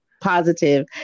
positive